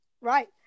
Right